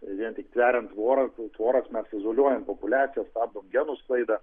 vien tik tveriant tvorą tvoras mes izoliuojam populiacijas stabdom genų sklaidą